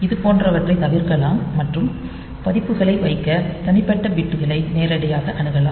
இது போன்றவற்றைத் தவிர்க்கலாம் மற்றும் மதிப்புகளை வைக்க தனிப்பட்ட பிட்களை நேரடியாக அணுகலாம்